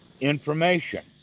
information